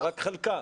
אלא רק חלקם.